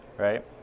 Right